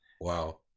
Wow